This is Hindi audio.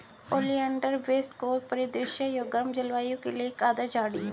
ओलियंडर वेस्ट कोस्ट परिदृश्य और गर्म जलवायु के लिए एक आदर्श झाड़ी है